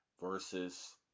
versus